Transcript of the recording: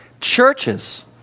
Churches